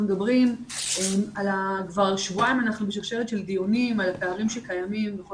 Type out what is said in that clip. כבר שבועיים בשרשרת של דיונים על הפערים שקיימים בכל